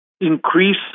increase